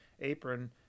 Apron